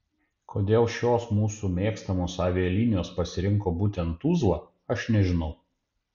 kodėl šios mūsų mėgstamos avialinijos pasirinko būtent tuzlą aš nežinau